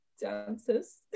dancers